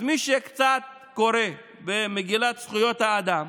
אז מי שקצת קורא במגילת זכויות האדם